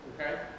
okay